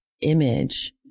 image